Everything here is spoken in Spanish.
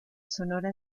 sonora